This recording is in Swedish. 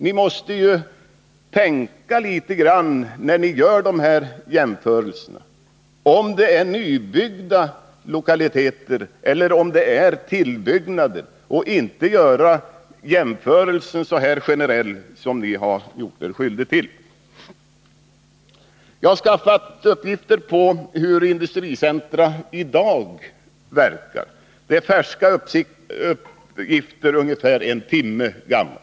Ni måste ju tänka litet grand, när ni gör de här jämförelserna — om det är nybyggda lokaliteter eller om det är tillbyggnad — och inte göra jämförelser så här generellt som ni har gjort. Jag har skaffat fram uppgifter på hur industricentra i dag verkar. Det är färska uppgifter — ungefär en timme gamla.